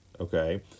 okay